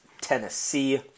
tennessee